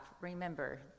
remember